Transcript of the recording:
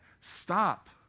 stop